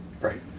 Right